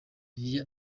via